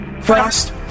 First